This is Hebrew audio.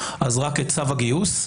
רק את צו הגיוס.